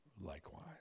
likewise